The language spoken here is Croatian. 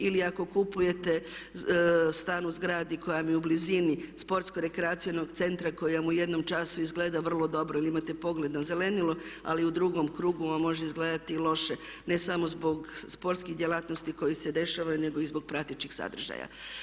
Ili ako kupujete stan u zgradi koja vam je u blizini sportsko rekreacionog centra koja vam u jednom času izgleda vrlo dobro jer imate pogled na zelenilo, ali u drugom krugu vam može izgledati i loše ne samo zbog sportskih djelatnosti koji se dešavaju, nego i zbog pratećih sadržaja.